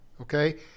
Okay